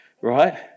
right